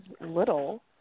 little